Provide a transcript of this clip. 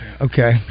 Okay